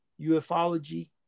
ufology